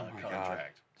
contract